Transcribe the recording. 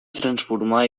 transformar